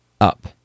up